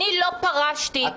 אני לא פרשתי בכנסת העשרים-ושלוש.